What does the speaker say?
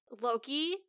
Loki